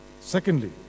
Secondly